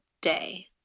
day